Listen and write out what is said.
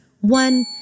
One